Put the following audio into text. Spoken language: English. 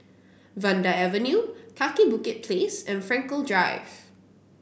Vanda Avenue Kaki Bukit Place and Frankel Drive